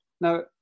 Now